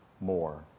more